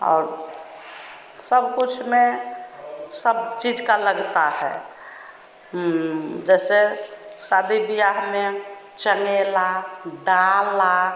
और सब कुछ में सब चीज़ का लगता है जैसे शादी ब्याह में चने ला दाल ला